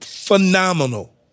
phenomenal